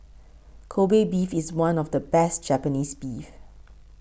Kobe Beef is one of the best Japanese beef